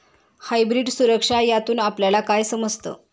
Hybrid सुरक्षा यातून आपल्याला काय समजतं?